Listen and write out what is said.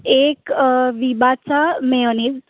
एक विबाचा मेयोनीज